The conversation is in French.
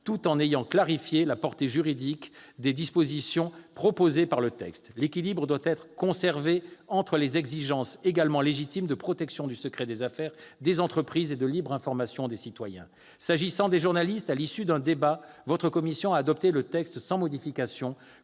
tout en clarifiant la portée juridique des dispositions proposées par le texte. L'équilibre doit être conservé entre les exigences également légitimes de protection du secret des affaires des entreprises et de libre information des citoyens. En ce qui concerne les journalistes, votre commission a, à l'issue d'un débat, adopté le texte sans modification,